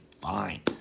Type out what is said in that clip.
fine